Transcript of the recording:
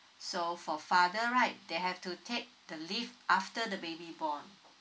so for father right they have to take the leave after the baby born